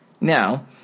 Now